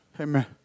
amen